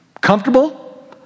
Comfortable